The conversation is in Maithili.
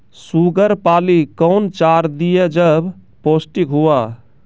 शुगर पाली कौन चार दिय जब पोस्टिक हुआ?